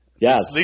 Yes